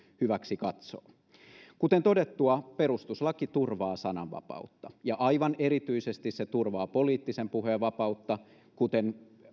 hyväksi katsoo kuten todettua perustuslaki turvaa sananvapautta ja aivan erityisesti se turvaa poliittisen puheen vapautta kuten